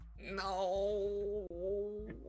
No